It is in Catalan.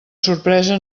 sorpresa